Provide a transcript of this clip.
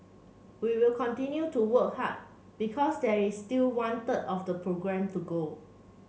we will continue to work hard because there is still one third of the programme to go